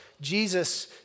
Jesus